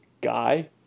guy